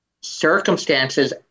circumstances